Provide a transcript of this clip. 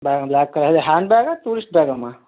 bag black colour అదే handbag ఆ tourist bag ఆ అమ్మా